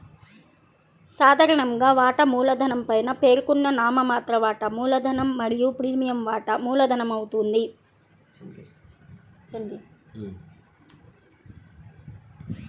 సాధారణంగా, వాటా మూలధనం పైన పేర్కొన్న నామమాత్ర వాటా మూలధనం మరియు ప్రీమియం వాటా మూలధనమవుతుంది